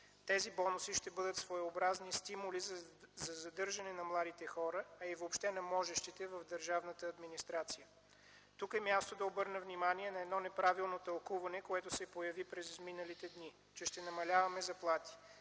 Тези бонуси ще бъдат своебразни стимули за задържане на младите хора, а и въобще на можещите в държавната администрация. Тук е мястото да обърна внимание на едно неправилно тълкуване, което се появи през изминалите дни – че ще намаляваме заплати.